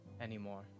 anymore